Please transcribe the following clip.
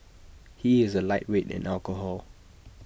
he is A lightweight in alcohol